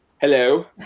Hello